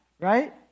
right